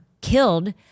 killed